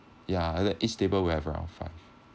ya that each table will have around five